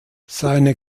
seine